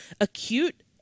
Acute